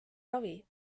ravi